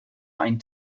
ein